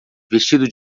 vestido